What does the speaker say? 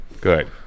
good